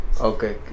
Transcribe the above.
Okay